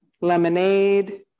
lemonade